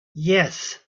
yes